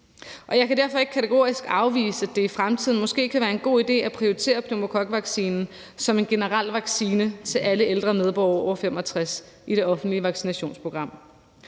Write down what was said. jeg kan derfor ikke kategorisk afvise, at det i fremtiden måske kan være en god idé at prioritere pneumokokvaccinen som en generel vaccine til alle ældre medborgere over 65 år i det offentlige vaccinationsprogram.